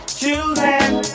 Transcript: choosing